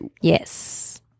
Yes